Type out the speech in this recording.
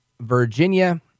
Virginia